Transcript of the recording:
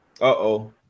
Uh-oh